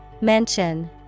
Mention